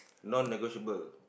non negotiable